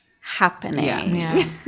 happening